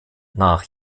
nach